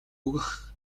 өгөх